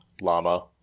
Llama